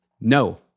No